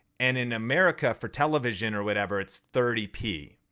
and in america for television or whatever it's thirty p.